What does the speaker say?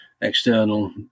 external